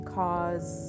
cause